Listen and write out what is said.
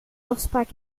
afspraak